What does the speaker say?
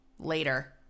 Later